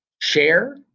share